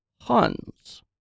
Huns